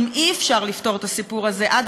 אם אי-אפשר לפתור את הסיפור הזה עד